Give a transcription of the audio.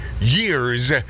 years